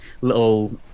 little